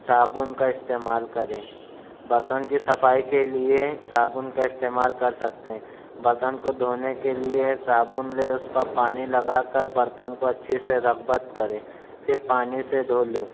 صابن کا استعمال کریں برتن کی صفائی کی لئے صابن کا استعمال کر سکتے ہیں برتن کو دھونے کے لئے صابن لیں اس پر پانی لگا کر برتن کو اچھے سے رغبت کریں پھر پانی سے دھو لیں